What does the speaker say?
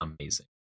amazing